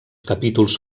capítols